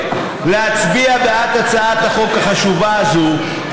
תציג את הצעת החוק השרה לשוויון